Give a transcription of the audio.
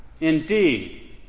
Indeed